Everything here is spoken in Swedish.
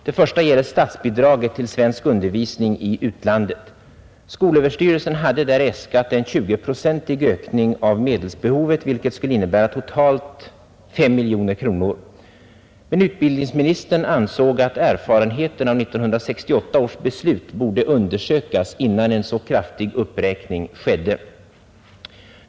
Den första gäller statsbidraget till svensk undervisning i utlandet. Skolöverstyrelsen har där äskat en 20-procentig ökning av medelsbehovet, vilket skulle innebära totalt 5 miljoner kronor, men utbildningsministern ansåg att erfarenheterna av 1968 års beslut borde undersökas innan en så kraftig uppräkning skedde.